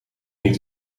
niet